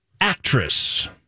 Actress